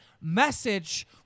message